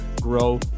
grow